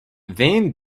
van